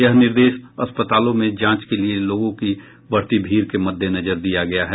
यह निर्देश अस्पतालों में जांच के लिए लोगों की बढ़ती भीड़ के मददेनजर दिया गया है